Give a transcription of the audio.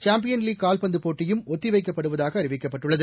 champion league கால்பந்து போட்டியும் ஒத்தி வைக்கப்படுவதாக அறிவிக்கப்பட்டுள்ளது